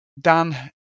Dan